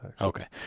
Okay